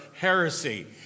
heresy